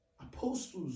apostles